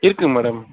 இருக்குங்க மேடம்